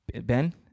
Ben